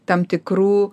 tam tikrų